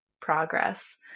progress